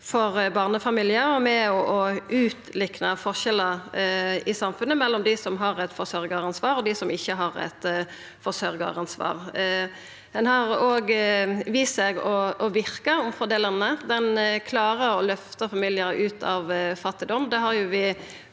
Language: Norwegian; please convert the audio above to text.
for barnefamiliar og er med på å utlikna forskjellar i samfunnet mellom dei som har eit forsørgeransvar, og dei som ikkje har eit forsørgeransvar. Ho har òg vist seg å verka omfordelande. Ho klarar å løfta familiar ut av fattigdom